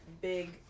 big